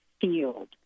field